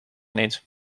niet